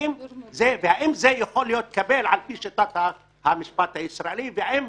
האם זה יכול להתקבל לפי שיטת המשפט הישראלי, והאם